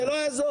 זה לא יעזור.